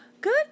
Good